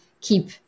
keep